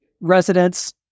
residents